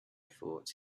thought